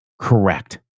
correct